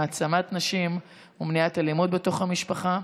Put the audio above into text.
העצמת נשים ומניעת אלימות בתוך המשפחה.